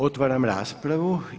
Otvaram raspravu.